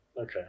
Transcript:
okay